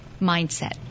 mindset